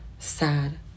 Sad